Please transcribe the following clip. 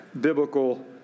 biblical